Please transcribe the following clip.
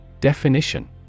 Definition